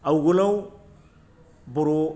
आवगोलाव बर'